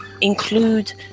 include